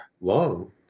long